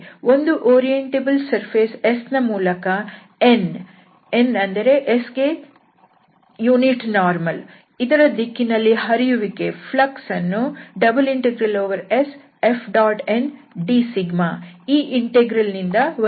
ಒಂದು orientable surface S ನ ಮೂಲಕ n S ಗೆ ಏಕಾಂಶ ಲಂಬ ದ ದಿಕ್ಕಿನಲ್ಲಿ ಹರಿಯುವಿಕೆ ಯನ್ನು ∬SFndσ ಈ ಇಂಟೆಗ್ರಲ್ ನಿಂದ ವರ್ಣಿಸಬಹುದು